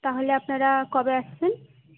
তাহলে আপনারা কবে আসছেন